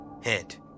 Hint